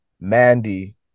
Mandy